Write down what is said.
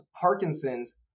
Parkinson's